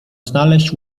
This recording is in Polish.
znaleźć